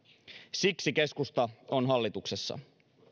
siksi keskusta on hallituksessa